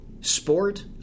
Sport